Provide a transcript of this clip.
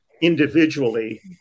individually